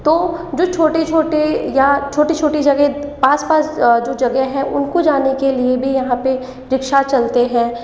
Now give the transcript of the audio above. तो जो छोटे छोटे या छोटे छोटे जगह पास पास जो जगह है उनको जाने के लिए भी यहाँ पर रीक्शा चलते हैं